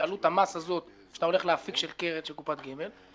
בעלות המס הזו שאתה הולך להפיק של קופת גמל,